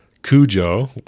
Cujo